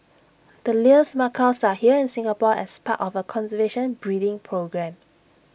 the Lear's macaws are here in Singapore as part of A conservation breeding programme